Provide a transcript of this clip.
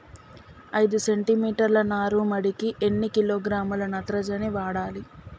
ఐదు సెంటిమీటర్ల నారుమడికి ఎన్ని కిలోగ్రాముల నత్రజని వాడాలి?